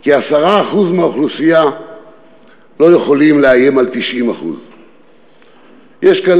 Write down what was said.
כי 10% מהאוכלוסייה לא יכולים לאיים על 90%. יש כאן,